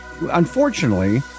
unfortunately